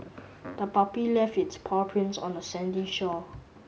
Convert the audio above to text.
the puppy left its paw prints on the sandy shore